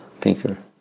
Pinker